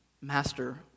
Master